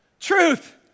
Truth